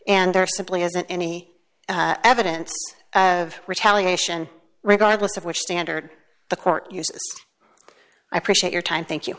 and there simply isn't any evidence of retaliation regardless of which standard the court uses i appreciate your time thank you